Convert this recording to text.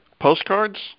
Postcards